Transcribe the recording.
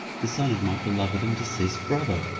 the son of my beloved and deceased brother.